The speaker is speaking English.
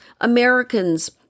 Americans